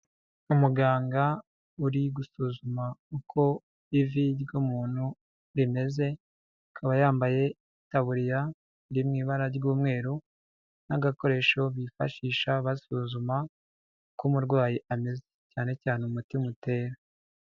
Umuganga uri gusuzuma uko ivu ry'umuntu rimeze, akaba yambaye itaburiya iri mu ibara ry'umweru n'agakoresho bifashisha basuzuma uko umurwayi ameze, cyane cyane umutima utera.